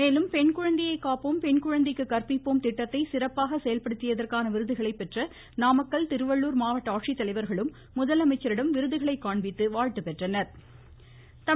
மேலும் பெண்குழந்தையை காப்போம் பெண்குழந்தைக்கு கற்பிப்போம் திட்டத்தை சிறப்பாக செயல்படுத்தியதற்கான விருதுகளை பெற்ற நாமக்கல் திருவள்ளுர் மாவட்ட ஆட்சித்தலைவா்களும் முதலமைச்சரிடம் விருதுகளை காண்பித்து வாழ்த்து பெற்றனா்